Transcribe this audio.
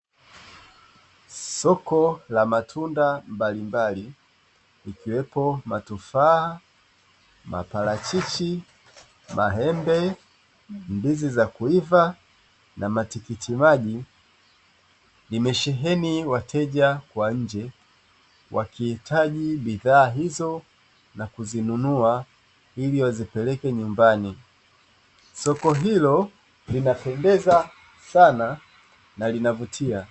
Soko la matunda mbalimbali ikiwepo matofaa, maparachichi, maembe, ndizi za kuiva na matikiti maji. Limesheheni wateja wa nje wakihitaji bidhaa hizo, na kuzinunua ili wazipeleke nyumbani. Soko hilo linapendeza sana na linavutia.